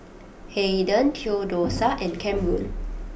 Hayden Theodosia and Camron